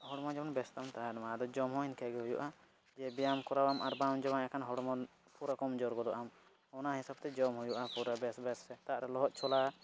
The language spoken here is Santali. ᱦᱚᱲᱢᱚ ᱡᱮᱢᱚᱱ ᱵᱮᱥᱛᱟᱢ ᱛᱟᱦᱮᱱ ᱢᱟ ᱟᱫᱚ ᱡᱚᱢᱦᱚᱸ ᱤᱱᱠᱟᱹᱜᱮ ᱦᱩᱭᱩᱜᱼᱟ ᱡᱮ ᱵᱮᱭᱟᱢ ᱠᱚᱨᱟᱣᱟᱢ ᱟᱨ ᱵᱟᱢ ᱡᱚᱢᱟ ᱮᱱᱠᱷᱟᱱ ᱦᱚᱲᱢᱚ ᱯᱩᱨᱟᱹ ᱠᱚᱢ ᱡᱳᱨ ᱜᱚᱫᱚᱜ ᱟᱢ ᱚᱱᱟ ᱦᱤᱥᱟᱹᱵᱽᱛᱮ ᱡᱚᱢ ᱦᱩᱭᱩᱜᱼᱟ ᱯᱩᱨᱟᱹ ᱵᱮᱥ ᱵᱮᱥ ᱥᱮᱛᱟᱜ ᱨᱮ ᱞᱚᱦᱚᱫ ᱪᱷᱳᱞᱟ